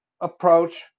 approach